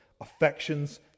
Affections